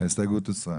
ההסתייגות הוסרה.